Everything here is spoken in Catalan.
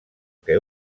que